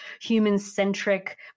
human-centric